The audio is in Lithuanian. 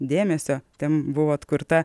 dėmesio ten buvo atkurta